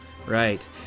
Right